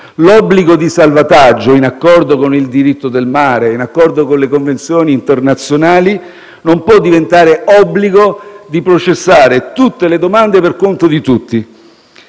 L'obbligo di salvataggio, in accordo con il diritto del mare e le convenzioni internazionali, non può diventare obbligo di processare tutte le domande per conto di tutti.